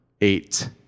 eight